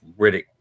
Riddick